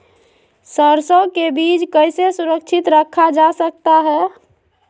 सरसो के बीज कैसे सुरक्षित रखा जा सकता है?